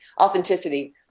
authenticity